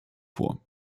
vor